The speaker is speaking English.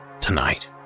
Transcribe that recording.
tonight